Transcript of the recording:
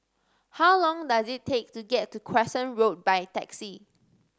how long does it take to get to Crescent Road by taxi